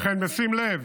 וכן בשים לב